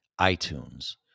itunes